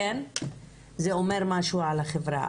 זה אומר משהו על החברה,